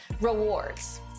rewards